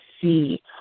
see